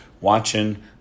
watching